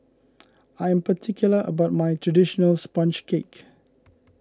I am particular about my Traditional Sponge Cake